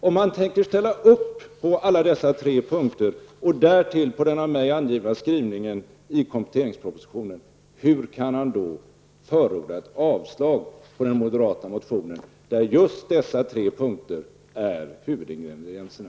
Om man tänker ställa upp på dessa tre punkter och därtill på den av mig citerade skrivningen i kompletteringspropositionen -- hur kan Hans Gustafsson förorda ett avslag på den moderata motionen, där just dessa tre punkter är huvudingredienserna?